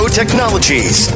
technologies